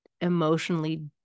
emotionally